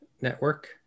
network